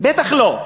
בטח לא.